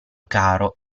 caro